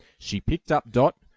she picked up dot,